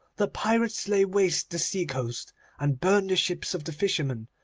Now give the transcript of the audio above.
the pirates lay waste the sea-coast and burn the ships of the fishermen,